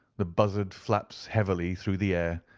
the buzzard flaps heavily through the air,